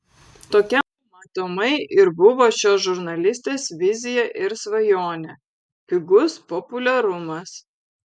tokia matomai ir buvo šios žurnalistės vizija ir svajonė pigus populiarumas